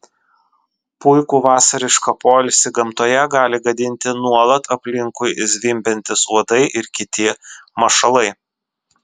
puikų vasarišką poilsį gamtoje gali gadinti nuolat aplinkui zvimbiantys uodai ir kiti mašalai